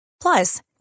Plus